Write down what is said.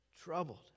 troubled